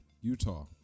Utah